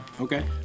Okay